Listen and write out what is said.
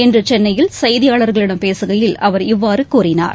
இன்று சென்னையில் செய்தியாளர்களிடம் பேசுகையில் அவர் இவ்வாறு கூறினார்